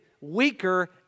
weaker